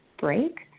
break